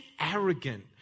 arrogant